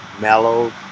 mellow